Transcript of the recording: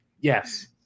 Yes